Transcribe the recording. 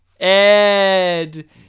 Ed